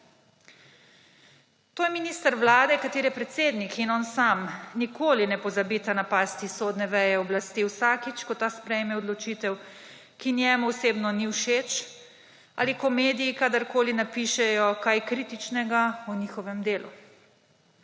To je minister vlade, katere predsednik in on sam nikoli ne pozabita napasti sodne veje oblasti vsakič, ko ta sprejme odločitev, ki njemu osebno ni všeč, ali ko mediji kadarkoli napišejo kaj kritičnega o njihovem delu.